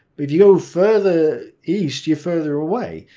if you go further east you're further away.